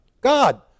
God